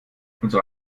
unsere